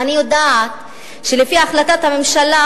ואני יודעת שלפי החלטת הממשלה,